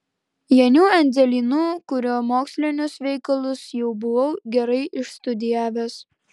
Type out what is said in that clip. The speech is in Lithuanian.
janiu endzelynu kurio mokslinius veikalus jau buvau gerai išstudijavęs